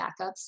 backups